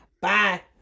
bye